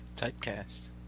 Typecast